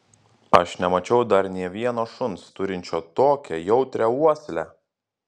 aš nemačiau dar nė vieno šuns turinčio tokią jautrią uoslę